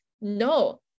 No